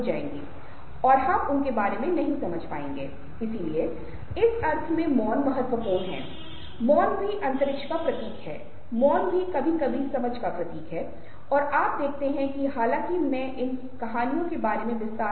यदि इस चेहरे को दो घटकों में विभाजित करते हैं तो यह है अगर दोनों पक्षों के बीच एक मैच है जो सममित है अगर कोई मेल नहीं है जो विषम है